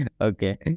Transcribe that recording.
okay